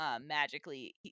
magically